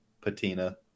patina